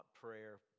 prayer